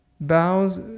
bows